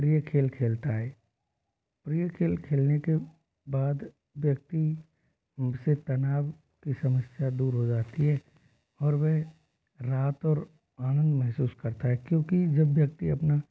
प्रिय खेल खेलता है प्रिय खेल खेलने के बाद व्यक्ति से तनाव की समस्या दूर हो जाती है और वह राहत और आनंद महसूस करता है क्योंकि जब व्यक्ति अपना